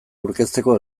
aurkezteko